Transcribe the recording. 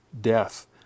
death